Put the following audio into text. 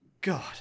god